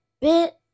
bit